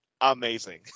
amazing